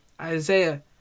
Isaiah